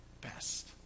best